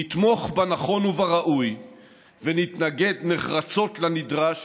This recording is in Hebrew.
נתמוך בנכון ובראוי ונתנגד נחרצות לנדרש